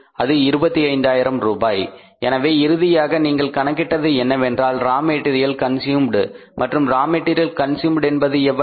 அது 25000 ரூபாய் எனவே இறுதியாக நீங்கள் கணக்கிட்டது என்னவென்றால் ரா மெட்டீரியல் கன்ஸ்யூம்ட் மற்றும் ரா மெட்டீரியல் கன்ஸ்யூம்ட் என்பது எவ்வளவு